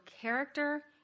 character